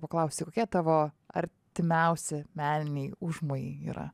paklausti kokie tavo artimiausi meniniai užmojai yra